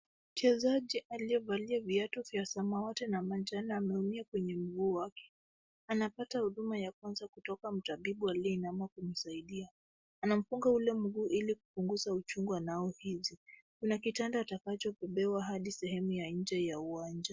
Mchezaji aliyevalia viatu vya samawati na majani ameumia kwenye mguu wake. Anapata huduma ya kwanza kutoka mtabibu aliyeinama kumsaidia. Anamfunga ule mguu ili kupunguza uchungu anaohisi. Kuna kitanda atakachobebewa hadi sehemu ya nje ya uwanja.